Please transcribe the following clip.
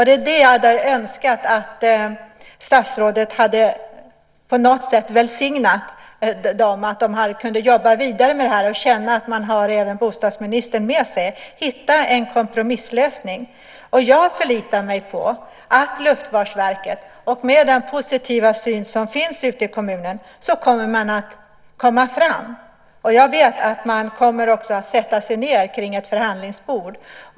Detta hade jag önskat att statsrådet på något sätt hade välsignat så att de hade kunnat jobba vidare och känna att de även hade bostadsministern med sig för att hitta en kompromisslösning. Jag förlitar mig på att Luftfartsverket, med den positiva syn som finns ute i kommunen, kommer att komma fram. Jag vet att man också kommer att sätta sig ned kring ett förhandlingsbord.